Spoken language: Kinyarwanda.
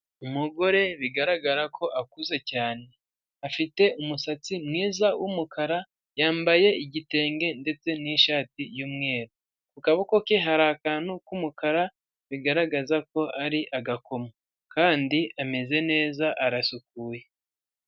Umugore bigaragara ko akuze cyane, afite umusatsi mwiza w'umukara, yambaye igitenge ndetse n'ishati y'umweru, ku kaboko ke hari akantu k'umukara, bigaragaza ko ari agakomo kandi ameze neza arasukuye.